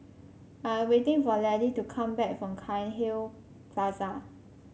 I am waiting for Laddie to come back from Cairnhill Plaza